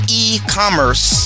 e-commerce